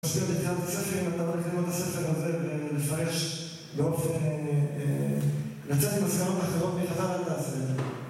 בשביל התחילת הספר אם אתה רוצה לקנות ספר על זה ולפרש באופן לצאת עם מסקנות אחרות מחז"ל אל תעשה את זה